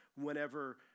whenever